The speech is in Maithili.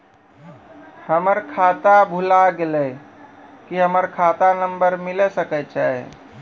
हमर खाता भुला गेलै, की हमर खाता नंबर मिले सकय छै?